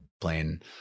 playing